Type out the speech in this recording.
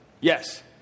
Yes